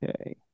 Okay